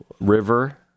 river